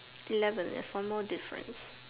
eleven that's one more difference